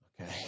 Okay